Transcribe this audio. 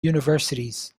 universities